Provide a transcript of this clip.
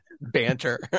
banter